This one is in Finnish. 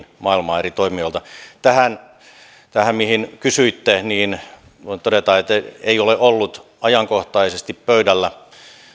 maailmaa eri toimijoilta tähän mistä kysyitte voin todeta että asia ei ole ollut ajankohtaisesti pöydällä